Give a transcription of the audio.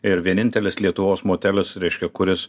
ir vienintelis lietuvos motelis reiškia kuris